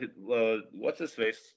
What's-his-face